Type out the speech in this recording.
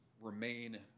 remain